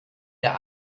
der